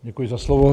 Děkuji za slovo.